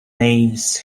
names